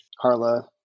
Carla